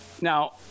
now